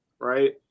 right